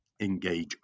engage